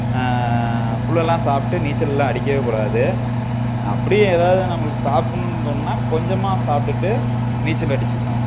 ஃபுல்லாலாம் சாப்பிட்டு நீச்சல்லாம் அடிக்கவே கூடாது அப்படியும் ஏதாவது நம்மளுக்கு சாப்பிட்ணுன்னு தோணுனா கொஞ்சமாக சாப்பிடுட்டு நீச்சல் அடிச்சிக்கணும்